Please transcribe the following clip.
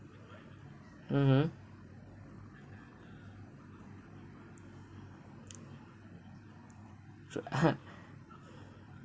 mmhmm true